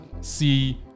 see